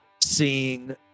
seeing